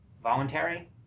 voluntary